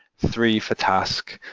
three for task,